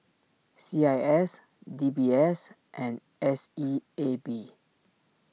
C I S D B S and S E A B